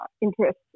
interest